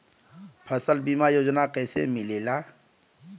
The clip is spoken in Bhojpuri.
फसल बीमा योजना कैसे मिलेला?